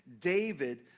David